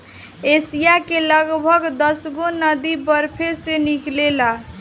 Asia के लगभग दसगो नदी बरफे से निकलेला